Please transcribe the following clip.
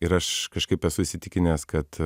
ir aš kažkaip esu įsitikinęs kad